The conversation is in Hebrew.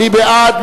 מי בעד?